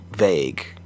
vague